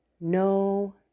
No